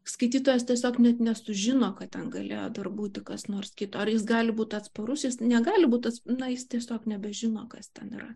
skaitytojas tiesiog net nesužino ką ten galėjo dar būtų kas nors kito ar jis gali būti atsparus jis negali būt ats na jis tiesiog nebežino kas ten yra